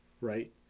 right